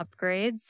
upgrades